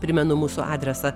primenu mūsų adresą